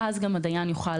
הדיין יוכל